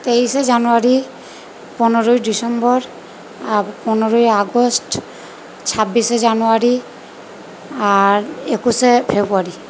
তেইশে জানুয়ারি পনেরোই ডিসেম্বর আর পনেরোই আগস্ট ছাব্বিশে জানুয়ারি আর একুশে ফেব্রুয়ারি